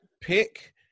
pick